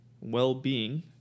well-being